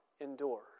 Endure